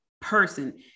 person